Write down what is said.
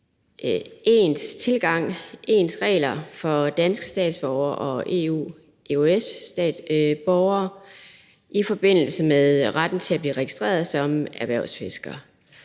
ens tilgang, ens regler, for danske statsborgere og EØS-statsborgere i forbindelse med retten til at blive registreret som erhvervsfisker.